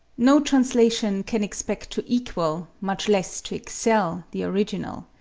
no translation can expect to equal, much less to excel, the original.